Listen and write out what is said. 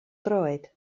droed